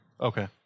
Okay